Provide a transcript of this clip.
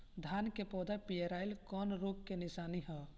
धान के पौधा पियराईल कौन रोग के निशानि ह?